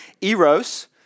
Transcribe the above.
eros